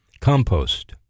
Compost